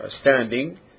standing